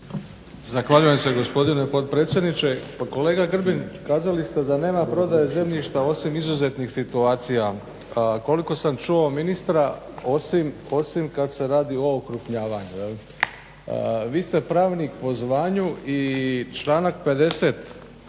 Zahvaljujem se gospodine potpredsjedniče. Kolega Grbin, kazali ste da nema prodaje zemljišta osim izuzetnih situacija, koliko sam čuo ministra osim kad se radi o okrupnjavanju. Vi ste pravnik po zvanju i članak 50.